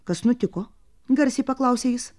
kas nutiko garsiai paklausė jis